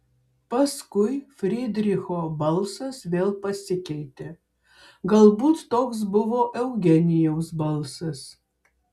paskui frydricho balsas vėl pasikeitė galbūt toks buvo eugenijaus balsas